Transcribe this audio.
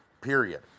Period